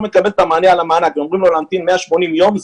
מקבל את המענה על המענק ואומרים לו להמתין 180 ימים,